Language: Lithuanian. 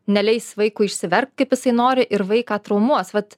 neleis vaikui išsiverkt kaip jisai nori ir vaiką traumuos vat